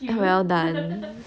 well done